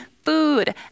food